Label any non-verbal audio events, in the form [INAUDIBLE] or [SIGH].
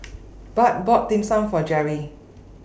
[NOISE] Bart bought Dim Sum For Geri